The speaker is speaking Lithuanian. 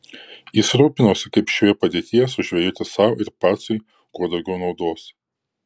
jis rūpinosi kaip šioje padėtyje sužvejoti sau ir pacui kuo daugiau naudos